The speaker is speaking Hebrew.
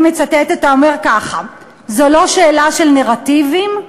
מצטטת: זו לא שאלה של נרטיבים,